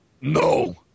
No